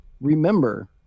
remember